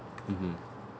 mmhmm